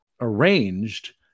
arranged